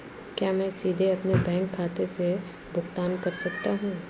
क्या मैं सीधे अपने बैंक खाते से भुगतान कर सकता हूं?